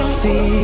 see